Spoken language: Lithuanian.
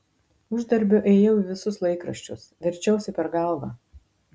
uždarbio ėjau į visus laikraščius verčiausi per galvą